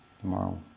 tomorrow